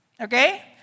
Okay